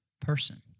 person